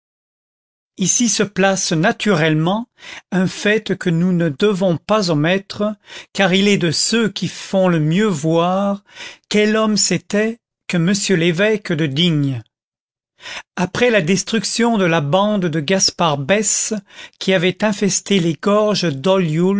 ici se place naturellement un fait que nous ne devons pas omettre car il est de ceux qui font le mieux voir quel homme c'était que m l'évêque de digne après la destruction de la bande de gaspard bès qui avait infesté les gorges